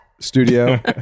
studio